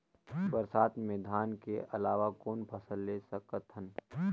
बरसात मे धान के अलावा कौन फसल ले सकत हन?